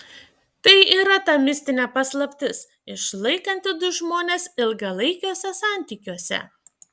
tai yra ta mistinė paslaptis išlaikanti du žmones ilgalaikiuose santykiuose